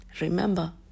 Remember